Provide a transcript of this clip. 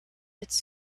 its